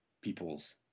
people's